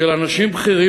של אנשים בכירים